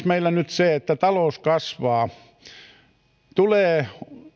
meillä on nyt siis se että talous kasvaa